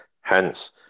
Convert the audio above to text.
Hence